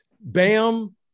Bam